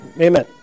Amen